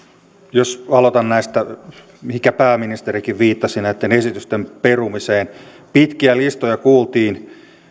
jos aloitan tästä mihinkä pääministerikin viittasi näitten esitysten perumisesta pitkiä listoja kuultiin